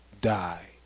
die